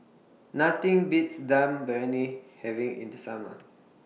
Nothing Beats Dum having in The Summer